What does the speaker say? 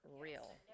real